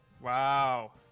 wow